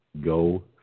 Go